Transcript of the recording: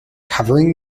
covering